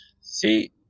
See